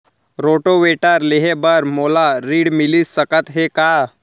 Rotavator लेहे बर मोला ऋण मिलिस सकत हे का?